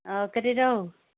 ꯑꯥꯎ ꯀꯔꯤꯔꯣ